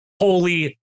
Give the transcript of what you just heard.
Holy